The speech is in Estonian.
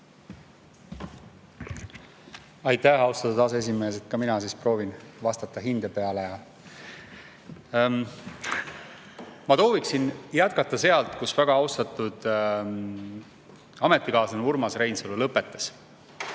Aitäh, austatud aseesimees! Ka mina proovin vastata hinde peale. Ma soovin jätkata sealt, kus väga austatud ametikaaslane Urmas Reinsalu lõpetas. Ka